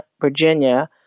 Virginia